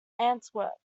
antwerp